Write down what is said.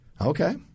Okay